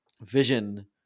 Vision